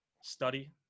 study